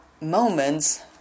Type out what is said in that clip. moments